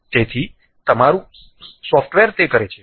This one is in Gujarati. તેથી તમારું સોફ્ટવેર તે કરે છે